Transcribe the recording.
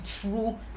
true